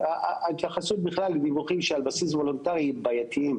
ההתייחסות בכלל דיווחים שעל בסיס וולונטרי הם בעייתיים,